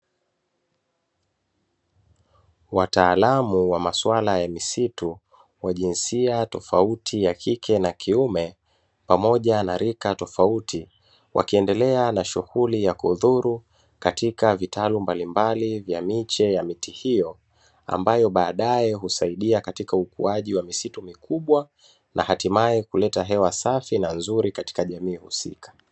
Wataalamu wa masuala ya misitu wajazia tofauti za kike na kiume pamoja na rika tofauti, wakiendelea na shughuli ya kuzuru katika vitalu mbalimbali vya miche ya miti hiyo, ambayo baadaye husaidia katika ukuaji wa misitu mikubwa na hatimaye kuleta hewa safi na nzuri katika jamii husika.